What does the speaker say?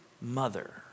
mother